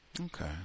Okay